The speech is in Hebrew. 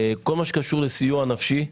כל מה שקשור לסיוע נפשי,